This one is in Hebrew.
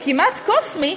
הכמעט-קוסמי,